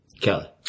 Kelly